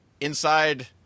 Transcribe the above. inside